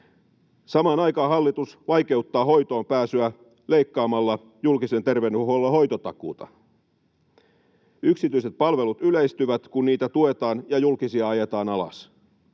Samaan aikaan hallitus vaikeuttaa hoitoonpääsyä leikkaamalla julkisen terveydenhuollon hoitotakuuta. Yksityiset palvelut yleistyvät, kun niitä tuetaan ja julkisia ajetaan alas.